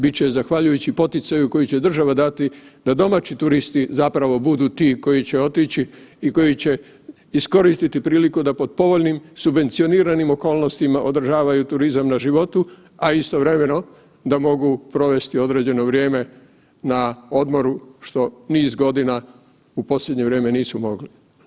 Bit će zavaljujući poticaju koji će država dati da domaći turisti zapravo budu ti koji će otići i koji će iskoristiti priliku da pod povoljnim subvencioniranim okolnostima održavaju turizam na životu, a istovremeno da mogu provesti određeno vrijeme na odmoru što niz godina u posljednje vrijeme nisu mogli.